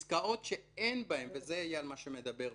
בעסקאות שאין בהן הסכם, וזה מה שאייל מדבר עליו,